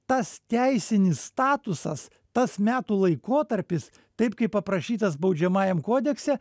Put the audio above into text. tas teisinis statusas tas metų laikotarpis taip kaip aprašytas baudžiamajam kodekse